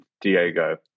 Diego